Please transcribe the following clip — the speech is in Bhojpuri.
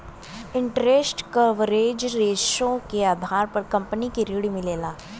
इंटेरस्ट कवरेज रेश्यो के आधार पर कंपनी के ऋण मिलला